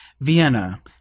Vienna